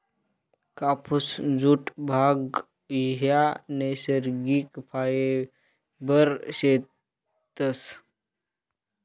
कापुस, जुट, भांग ह्या नैसर्गिक फायबर शेतस